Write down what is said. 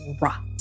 rot